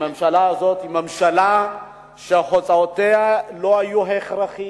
הממשלה הזאת היא ממשלה שהוצאותיה לא היו הכרחיות.